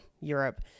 Europe